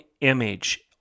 image